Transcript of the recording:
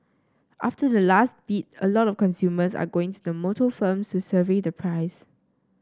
after the last bid a lot of consumers are going to the motor firms to survey the price